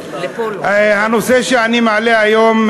הנושא שאני מעלה היום,